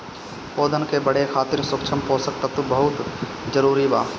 पौधन के बढ़े खातिर सूक्ष्म पोषक तत्व बहुत जरूरी बा